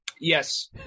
Yes